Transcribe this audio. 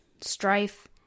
strife